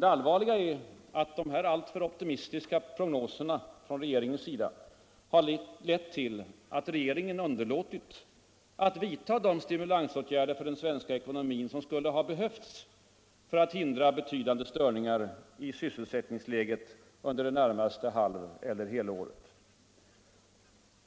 Det allvarliga är att regeringens alltför optimistiska prognoser lett till att den underlåtit att vidta de stimulansåtgärder för den svenska ekonomin som skulle ha behövts för att hindra betydande störningar i sysselsättningsläget under det närmaste halveller helåret.